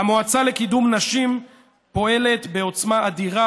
המועצה לקידום נשים פועלת בעוצמה אדירה.